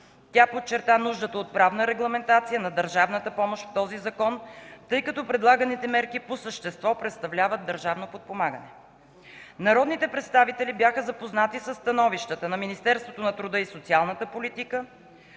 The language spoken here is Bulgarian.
Тя подчерта нуждата от правна регламентация на държавната помощ в този закон, тъй като предлаганите мерки по същество представляват държавно подпомагане. Народните представители бяха запознати със становищата на Министерството на труда и социалната политика,